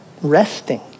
resting